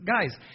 guys